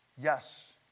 Yes